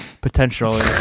potentially